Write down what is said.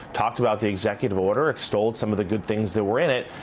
talked about the executive order, extolled some of the good things that were in it,